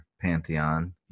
pantheon